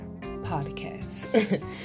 podcast